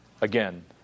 again